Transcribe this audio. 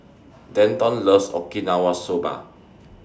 Denton loves Okinawa Soba